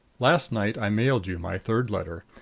last night i mailed you my third letter,